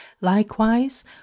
Likewise